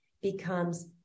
becomes